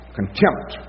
contempt